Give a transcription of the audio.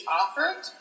offered